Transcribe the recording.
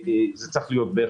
זה צריך להיות בערך